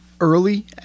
early